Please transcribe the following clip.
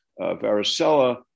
varicella